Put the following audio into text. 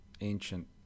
ancient